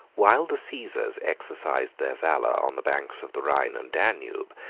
while the caesars exercised their valor on the banks of the rhine and danube,